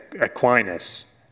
Aquinas